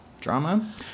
drama